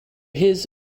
his